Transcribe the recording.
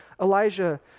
Elijah